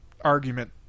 argument